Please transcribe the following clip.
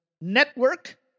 Network